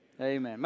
Amen